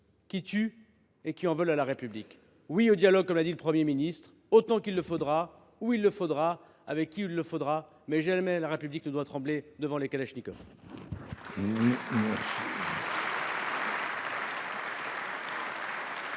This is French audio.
qui tuent et qui en veulent à la République. Oui au dialogue, comme l’a dit le Premier ministre, autant qu’il le faudra, où il le faudra, avec qui il le faudra, mais jamais la République ne doit trembler devant les kalachnikovs.